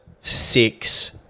six